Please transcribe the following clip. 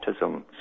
autism